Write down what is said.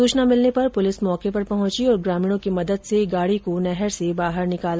सूचना मिलने पर पुलिस मौके पर पहंची और ग्रामीणों की मदद से गाडी को नहर से बाहर निकाला